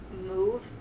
move